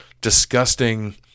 disgusting